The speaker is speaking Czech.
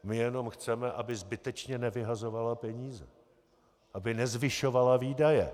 My jen chceme, aby zbytečně nevyhazovala peníze, aby nezvyšovala výdaje.